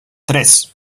tres